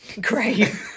Great